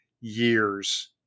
years